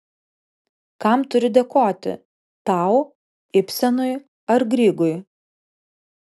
kam turiu dėkoti tau ibsenui ar grygui